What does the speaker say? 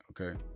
okay